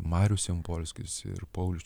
marius jampolskis ir paulius